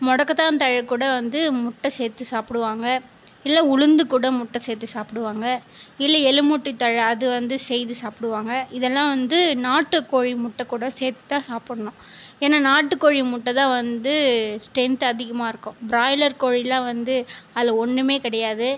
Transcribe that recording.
முடக்கத்தாந்தழைக் கூட வந்து முட்டை சேர்த்து சாப்பிடுவாங்க இல்லை உளுந்து கூட முட்டை சேர்த்து சாப்பிடுவாங்க இல்லை எலுமூட்டித்தழை அதை செய்து சாப்பிடுவாங்க இதெல்லாம் வந்து நாட்டுக் கோழி முட்டைக்கூட சேர்த்து தான் சாப்பிடணும் ஏன்னால் நாட்டுக்கோழி முட்டை தான் வந்து ஸ்ட்ரென்த் அதிகமாக இருக்கும் பிராய்லர் கோழிலாம் வந்து அதில் ஒன்றுமே கிடையாது